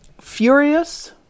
Furious